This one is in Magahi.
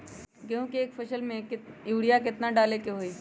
गेंहू के एक फसल में यूरिया केतना डाले के होई?